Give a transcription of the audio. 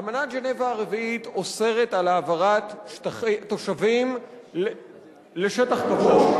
אמנת ז'נבה הרביעית אוסרת העברת תושבים לשטח כבוש.